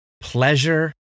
pleasure